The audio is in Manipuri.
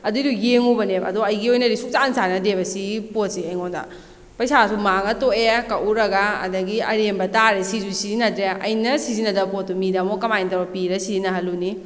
ꯑꯗꯨꯏꯗꯨ ꯌꯦꯡꯉꯨꯕꯅꯦꯕ ꯑꯗꯣ ꯑꯩꯒꯤ ꯑꯣꯏꯅꯗꯤ ꯁꯨꯡꯆꯥꯟ ꯆꯥꯟꯅꯗꯦꯕ ꯁꯤꯒꯤ ꯄꯣꯠꯁꯦ ꯑꯩꯉꯣꯟꯗ ꯄꯩꯁꯥꯁꯨ ꯃꯥꯡꯉ ꯇꯣꯛꯑꯦ ꯀꯛꯎꯔꯒ ꯑꯗꯒꯤ ꯑꯔꯦꯝꯕ ꯇꯥꯔꯦ ꯁꯤꯁꯨ ꯁꯤꯖꯤꯟꯅꯗ꯭ꯔꯦ ꯑꯩꯅ ꯁꯤꯖꯤꯟꯅꯗꯕ ꯄꯣꯠꯇꯨ ꯃꯤꯗ ꯃꯨꯛ ꯀꯃꯥꯏꯅ ꯇꯧꯔ ꯄꯤꯔꯒ ꯁꯤꯖꯟꯅꯍꯜꯂꯨꯅꯤ